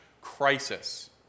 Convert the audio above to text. crisis